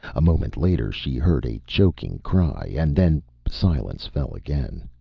a moment later she heard a choking cry, and then silence fell again.